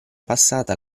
passata